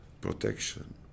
protection